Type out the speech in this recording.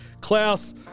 Klaus